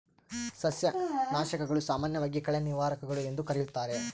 ಸಸ್ಯನಾಶಕಗಳು, ಸಾಮಾನ್ಯವಾಗಿ ಕಳೆ ನಿವಾರಕಗಳು ಎಂದೂ ಕರೆಯುತ್ತಾರೆ